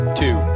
two